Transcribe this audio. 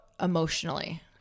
emotionally